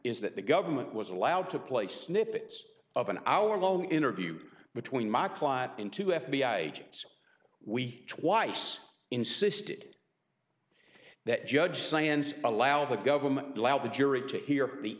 is that the government was allowed to play snippets of an hour long interview between my client and two f b i agents we twice insisted that judge science allow the government allowed the jury to hear the